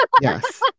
yes